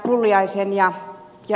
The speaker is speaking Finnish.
pulliaisen ja ed